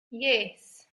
yes